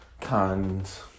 cons